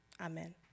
Amen